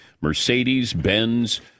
Mercedes-Benz